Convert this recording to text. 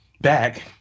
back